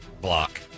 block